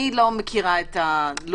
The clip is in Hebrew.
אני לא מכירה את הלו"ז,